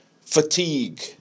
fatigue